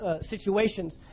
situations